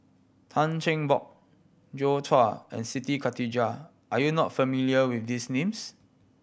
Tan Cheng Bock Joi Chua and Siti Khalijah are you not familiar with these names